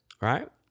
Right